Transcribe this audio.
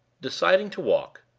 deciding to walk,